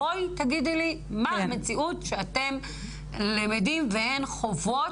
בואי תגידי לי מה המציאות שאתם למדים והן חוות,